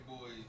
boys